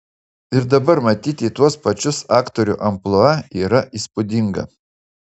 ir dabar matyti tuos pačius aktorių amplua yra įspūdinga